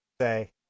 say